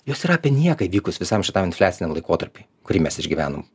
jos yra apie nieką įvykus visam šitam infliaciniam laikotarpiui kurį mes išgyvenom